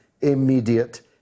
immediate